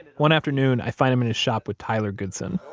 one afternoon, i find him in his shop with tyler goodson,